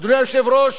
אדוני היושב-ראש,